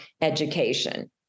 education